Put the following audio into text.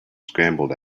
scrambled